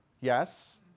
Yes